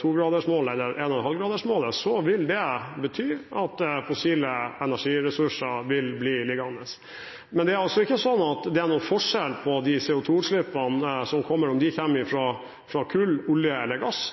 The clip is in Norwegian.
2-gradersmålet eller 1,5-gradersmålet, vil det bety at fossile energiressurser blir liggende. Men det er ikke slik at det er noen forskjell på de CO2-utslippene som kommer, om de kommer fra kull, olje eller gass.